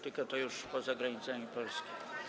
Tylko to już poza granicami Polski.